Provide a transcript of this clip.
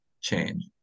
change